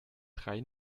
drei